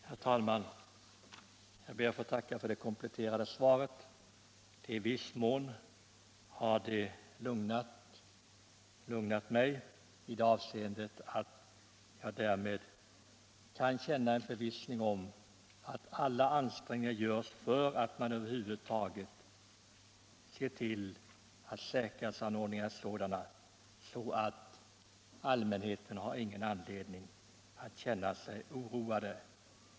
Herr talman! Jag ber att få tacka för det kompletterande svaret. I viss mån har det lugnat mig, nämligen i det avseendet att jag därmed kan känna en förvissning om att alla ansträngningar görs för att säkerhetsanordningarna skall vara sådana att allmänheten inte har någon anledning att känna sig oroad.